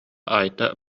айта